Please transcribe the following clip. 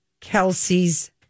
Kelsey's